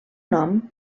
nom